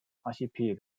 archipel